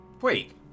Wait